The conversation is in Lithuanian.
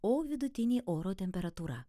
o vidutinė oro temperatūra